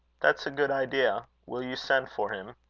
that's a good idea. will you send for him?